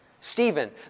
Stephen